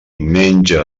menja